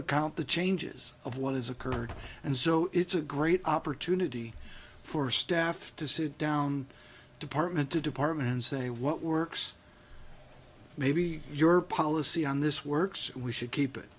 account the changes of what has occurred and so it's a great opportunity for staff to sit down department to department and say what works maybe your policy on this works we should keep it